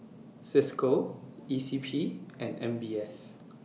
CISCO E C P and M B S